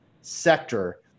sector